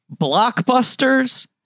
blockbusters